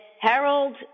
Harold